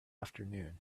afternoon